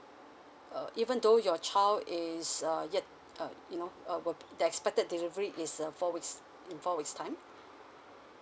uh even though your child is err yet uh you know were the expected delivery is uh four weeks in four weeks time